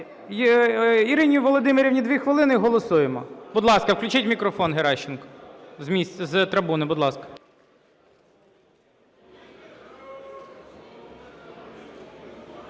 Ірині Володимирівні 2 хвилини, і голосуємо.